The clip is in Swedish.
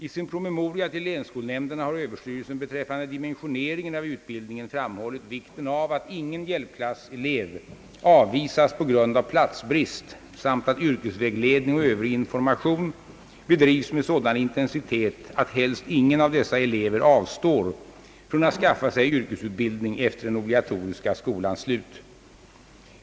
I sin promemoria till länsskolnämnderna har Överstyrelsen beträffande dimensioneringen av utbildningen framhållit vikten av att ingen hjälpklasselev avvisas på grund av platsbrist samt att yrkesvägledning och övrig information bedrivs med sådan intensitet att heist ingen av dessa elever avstår från att skaffa sig yrkesutbildning efter den obligatoriska skolans slut.